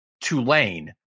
Tulane